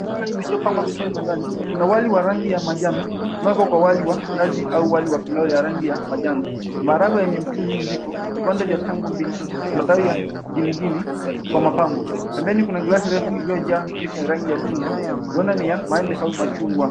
Vyakula vilivyopangwa vizuri mezani kuna wali wa rangi ya manjano umeekwa wali wa nazi au wali wa pilau wa rangi ya manjano maharagwe yenye mchuzi mzito vipande vya tango mbichi na matawi ya ngilingili kwa mapambo pembeni kuna glasi refu iliojaa juisi ya rangi ya chungwa huenda ni ya maembe au machungwa.